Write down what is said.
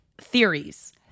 theories